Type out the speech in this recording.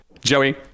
Joey